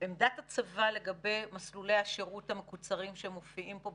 עמדת הצבא לגבי מסלולי השירות המקוצרים שמופיעים פה,